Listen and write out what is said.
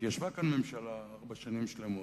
כי ישבה כאן ממשלה ארבע שנים שלמות,